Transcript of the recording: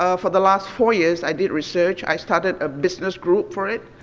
ah for the last four years, i did research, i started a business group for it,